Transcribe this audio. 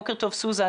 בוקר טוב סוזן.